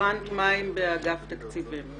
רפרנט מים באגף התקציבים.